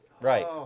right